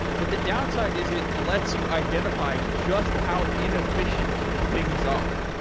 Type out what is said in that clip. but the downside is it lets you identify just how inefficient things are.